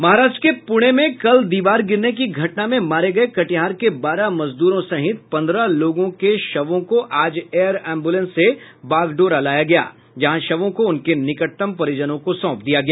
महाराष्ट्र के पूणे में कल दीवार गिरने की घटना में मारे गये कटिहार के बारह मजदूरों सहित पंद्रह लोगों के शवों को आज एयर एम्बूलेंस से बागडोरा लाया गया जहाँ शवों को उनके निकटतम परिजनों को सौंप दिया गया